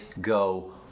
go